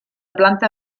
planta